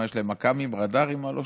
מה, יש להם מכ"מים, רדארים על אושוויץ?